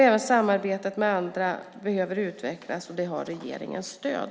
Även samarbetet med andra behöver utvecklas och har regeringens stöd.